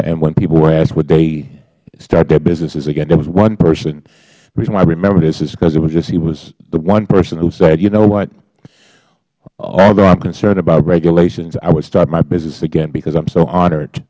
and when people were asked would they start their businesses again there was one personh the reason why i remember this is because he was the one person who said you know what although i'm concerned about regulations i would start my business again because i'm so h